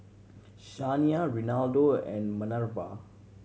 Shania Renaldo and Manerva